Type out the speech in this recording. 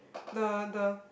the the